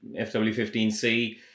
FW15C